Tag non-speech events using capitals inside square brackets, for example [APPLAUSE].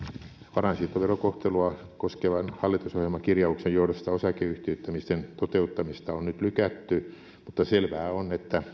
varainsiirtoverokohtelua koskevan hallitusohjelmakirjauksen johdosta osakeyhtiöittämisten toteuttamista on nyt lykätty mutta selvää on että [UNINTELLIGIBLE]